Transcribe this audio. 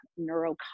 neurocognitive